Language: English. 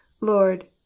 Lord